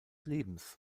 lebens